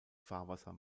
fahrwasser